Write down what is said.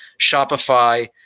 Shopify